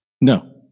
No